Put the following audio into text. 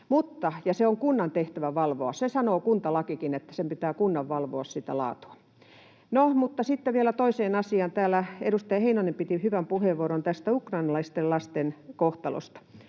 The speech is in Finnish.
ja on kunnan tehtävä sitä valvoa — sen sanoo kuntalakikin, että sen kunnan pitää valvoa sitä laatua. No mutta sitten vielä toiseen asiaan. Täällä edustaja Heinonen piti hyvän puheenvuoron tästä ukrainalaisten lasten kohtalosta.